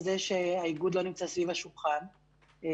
זה שהאיגוד לא נמצא סביב השולחן בפועל.